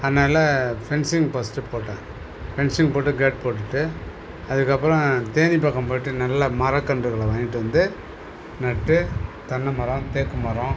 அதனால் fencing post போட்டேன் fencing போட்டு கேட் போட்டுவிட்டு அதற்கப்பறம் தேனி பக்கம் போய்விட்டு நல்லா மரக்கன்றுகளை வாங்கிகிட்டு வந்து நட்டு தென்னைமரம் தேக்குமரம்